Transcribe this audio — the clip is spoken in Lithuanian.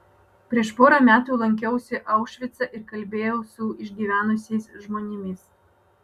prieš porą metų lankiausi aušvice ir kalbėjau su išgyvenusiais žmonėmis